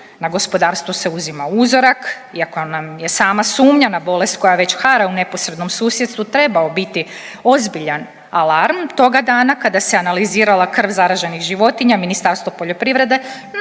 na gospodarstvu se uzima uzorak, iako nam je sama sumnja na bolest koja već hara u neposrednom susjedstvu trebao biti ozbiljan alarm, toga dana kada se analizirala krv zaraženih životinja Ministarstvo poljoprivrede